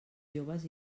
joves